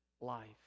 life